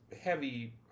heavy